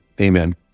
amen